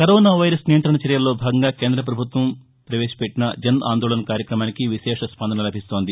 corona virus నియంత్రణ చర్యల్లో భాగంగా కేంద్రపభుత్వం ప్రవేశపెట్టిన జన్ ఆందోళన్ కార్యక్రమానికి విశేష స్పందన లభిస్తోంది